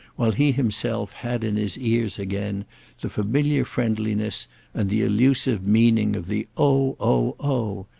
while he himself had in his ears again the familiar friendliness and the elusive meaning of the oh, oh, oh!